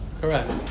Correct